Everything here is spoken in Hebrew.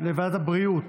בוועדת הבריאות